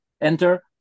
enter